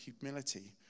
humility